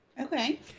Okay